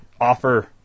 offer